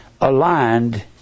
aligned